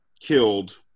killed